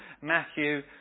Matthew